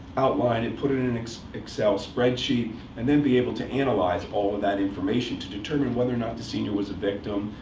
outline it, put it in an excel excel spreadsheet and then be able to analyze all of that information to determine whether or not the senior was a victim,